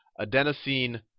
adenosine